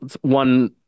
one